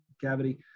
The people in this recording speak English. cavity